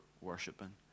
worshiping